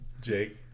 Jake